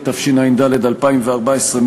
התשע"ד 2014,